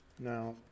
Now